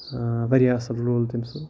واریاہ اَصٕل رول تٔمۍ سُنٛد